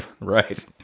right